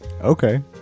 Okay